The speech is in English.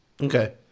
Okay